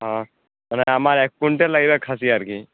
ওহ মানে আমার এক কুইন্টাল লাগে আর খাসি আর কি